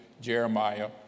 Jeremiah